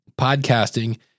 podcasting